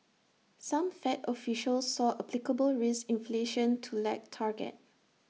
some fed officials saw applicable risk inflation to lag target